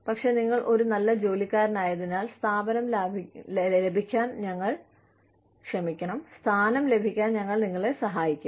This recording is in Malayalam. പക്ഷേ നിങ്ങൾ ഒരു നല്ല ജോലിക്കാരനായതിനാൽ സ്ഥാനം ലഭിക്കാൻ ഞങ്ങൾ നിങ്ങളെ സഹായിക്കും